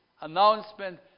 announcement